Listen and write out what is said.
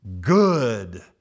good